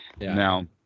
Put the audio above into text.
Now